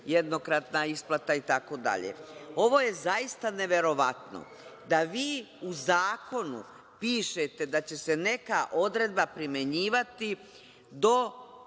jednokratna isplata itd. Ovo je zaista neverovatno da vi u zakonu pišete da će se neka odredba primenjivati do